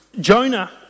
Jonah